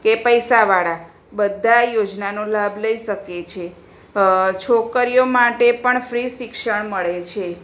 કે પૈસાવાળા બધા યોજનાનો લાભ લઈ શકે છે છોકરીઓ માટે પણ ફ્રી શિક્ષણ મળે છે